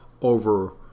over